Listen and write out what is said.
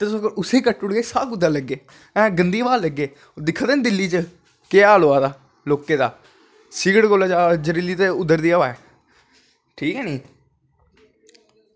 ते जे उसी कट्टी ओड़ेआ ते साह् कुध्दरा दा लैग्गे भाएं गंदा हवा लग्गै दिक्खा दे नी दिल्ली च केह् हाल होआ दा लोकें दा सिगरट कोला जा जादा जरीली ते उद्धर दी हवा ऐ ठीक ऐ नी